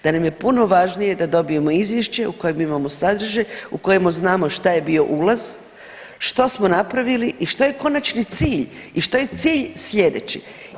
Da nam je puno važnije da dobijemo izvješće u kojem imamo sadržaj, u kojemu znamo šta je bio ulaz, što smo napravili i što je konačni cilj i što je cilj slijedeći.